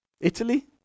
Italy